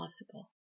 possible